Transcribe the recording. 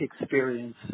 experience